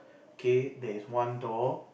K there is one door